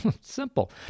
Simple